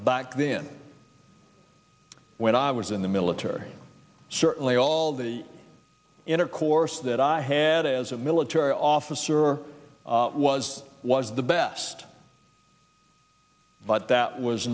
back then when i was in the military certainly all the intercourse that i had as a military officer was was the best but that was